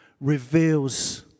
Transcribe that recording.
reveals